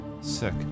Sick